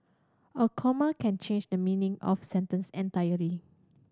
a comma can change the meaning of sentence entirely